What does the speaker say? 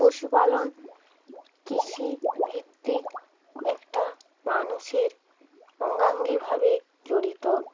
পশুপালন কৃষিভিত্তিক একটা মানুষের অঙ্গাঙ্গিভাবে জড়িত